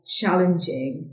challenging